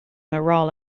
morale